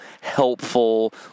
helpful